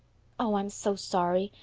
oh, i'm so sorry,